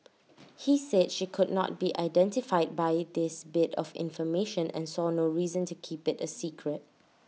he said she could not be identified by this bit of information and saw no reason to keep IT secret